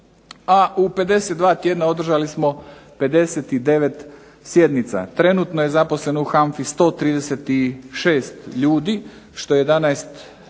a u 52 tjedna održali smo 59 sjednica. Trenutno je zaposleno u HANFA-i 136 ljudi što je 11